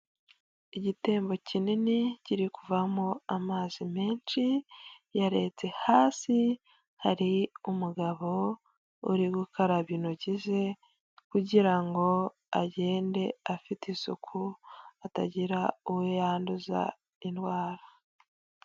Igitembo kinini kiri kuvamo amazi menshi yaretse hasi, hari umugabo uri gukaraba intoki ze kugira ngo agende afite isuku ha atagira uwo yanduza indwara.